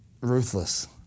ruthless